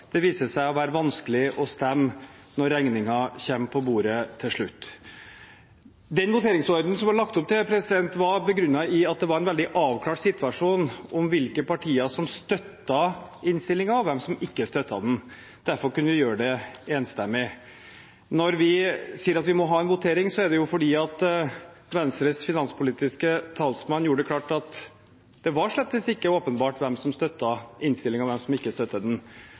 Det viser seg å være vanskelig å stemme når regningen kommer på bordet til slutt. Den voteringsordenen som det ble lagt opp til, var begrunnet i at det var en veldig avklart situasjon om hvilke partier som støtter innstillingen, og hvem som ikke støtter den. Derfor kunne vi gjøre det enstemmig. Når vi sier at vi må ha en votering, er det fordi Venstres finanspolitiske talsmann gjorde det klart at det var slett ikke åpenbart hvem som støtter innstillingen, og hvem som ikke støtter den.